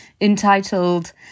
entitled